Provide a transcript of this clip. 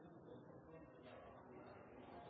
ein